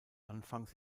anfangs